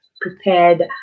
prepared